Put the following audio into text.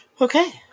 okay